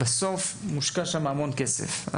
בסוף, מושקע שם המון כסף.